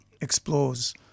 explores